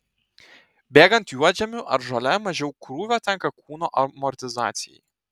bėgant juodžemiu ar žole mažiau krūvio tenka kūno amortizacijai